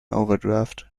overdraft